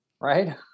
Right